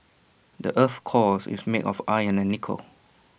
the Earth's core is made of iron and nickel